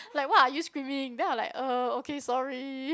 like what are you screaming then I like uh okay sorry